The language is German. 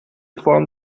form